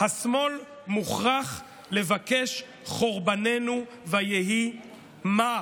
"השמאל מוכרח לבקש חורבננו ויהיה מה".